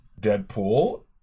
Deadpool